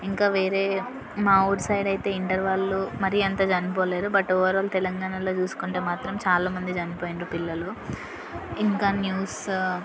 ఇంకా వేరే మా ఊరి సైడ్ అయితే ఇంటర్ వాళ్ళు మరీ అంత చనిపోలేరు బట్ ఓవరాల్ తెలంగాణలో చూసుకుంటే మాత్రం చాలా మంది చనిపోయిండ్రు పిల్లలు ఇంకా న్యూస్